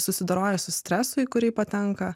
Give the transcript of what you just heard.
susidoroja su stresu į kurį patenka